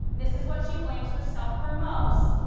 this is what she blames herself for most.